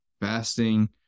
Fasting